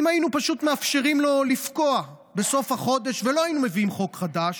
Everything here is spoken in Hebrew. אם היינו פשוט מאפשרים לו לפקוע בסוף החודש ולא היינו מביאים חוק חדש,